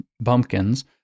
bumpkins